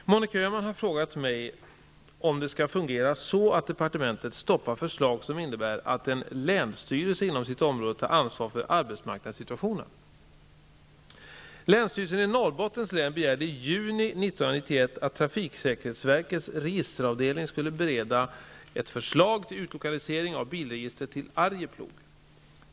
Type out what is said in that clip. Herr talman! Monica Öhman har frågat mig om det skall fungera så att departementet stoppar förslag som innebär att en länsstyrelse inom sitt område tar ansvar för arbetsmarknadssituationen. att trafiksäkerhetsverkets registeravdelning skulle bereda ett förslag till utlokalisering av bilregistret till Arjeplog.